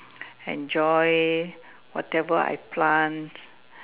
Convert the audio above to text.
enjoy whatever I plant